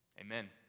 Amen